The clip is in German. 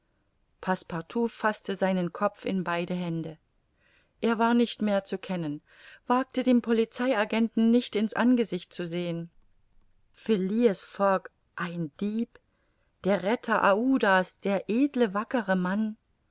faßte seinen kopf in beide hände er war nicht mehr zu kennen wagte dem polizei agenten nicht in's angesicht zu sehen phileas fogg ein dieb der retter aouda's der edle wackere mann